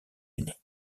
unis